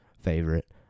favorite